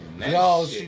Yo